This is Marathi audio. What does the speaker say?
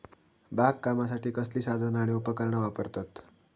बागकामासाठी कसली साधना आणि उपकरणा वापरतत?